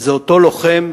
זה אותו לוחם,